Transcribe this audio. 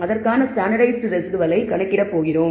அதற்கான ஸ்டாண்டர்ட்டைஸ்ட் ரெஸிடுவலை கணக்கிடப் போகிறோம்